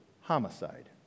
homicide